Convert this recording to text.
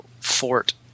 fort